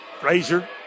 Frazier